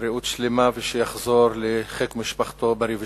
בריאות שלמה, ושיחזור לחיק משפחתו בריא ושלם.